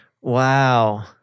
Wow